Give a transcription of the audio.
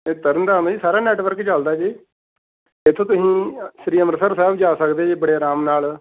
ਅਤੇ ਤਰਨਤਾਰਨ ਹੈ ਜੀ ਸਾਰਾ ਨੈਟਵਰਕ ਚਲਦਾ ਜੀ ਇੱਥੋਂ ਤੁਸੀਂ ਸ਼੍ਰੀ ਅੰਮ੍ਰਿਤਸਰ ਸਾਹਿਬ ਜਾ ਸਕਦੇ ਜੀ ਬੜੇ ਆਰਾਮ ਨਾਲ